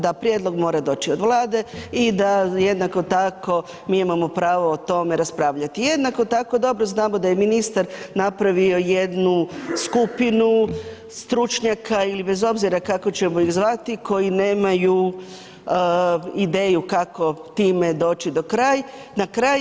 Da prijedlog mora doći od Vlade i da jednako tako, mi imamo pravo o tome raspravljati, Jednako tako, dobro znamo da je ministar napravio jednu skupinu stručnjaka ili bez obzira kako ćemo ih zvati, koji nemaju ideju kako time doći na kraj.